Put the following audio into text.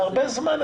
זה הרבה זמן.